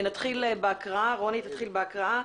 רוני תתחיל בהקראה.